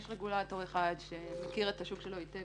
יש רגולטור אחד שמכיר את השוק שלו היטב,